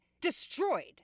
destroyed